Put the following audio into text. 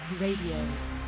Radio